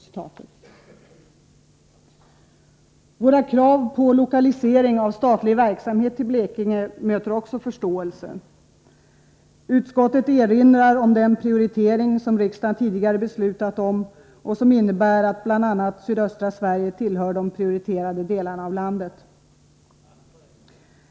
Även våra krav på lokalisering av statlig verksamhet till Blekinge möter förståelse. Utskottet erinrar om den prioritering som riksdagen tidigare har beslutat om och som innebär att bl.a. sydöstra Sverige tillhör de prioriterade delarna av landet.